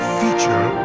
feature